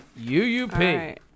UUP